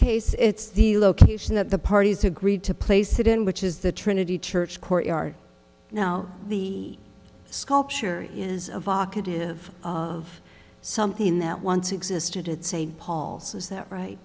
case it's the location that the parties agreed to place it in which is the trinity church courtyard now the sculpture is evocative of something that once existed it's a halls is that right